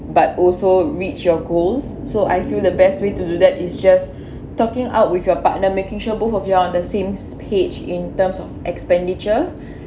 but also reach your goals so I feel the best way to do that is just talking out with your partner making sure both of you are on the same page in terms of expenditure